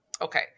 Okay